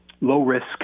low-risk